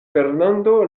fernando